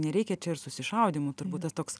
nereikia čia ir susišaudymų turbūt tas toks